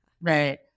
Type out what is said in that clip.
right